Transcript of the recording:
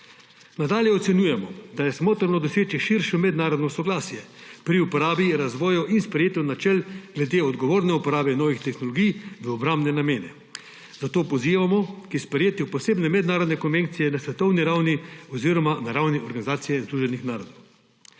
Nadalje ocenjujemo, da je smotrno doseči širšo mednarodno soglasje pri uporabi, razvoju in sprejetju načel glede odgovorne uporabe novih tehnologij v obrambne namene. Zato pozivamo k sprejetju posebne mednarodne konvencije na svetovni ravni oziroma na ravni Organizacije združenih narodov.